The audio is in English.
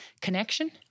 connection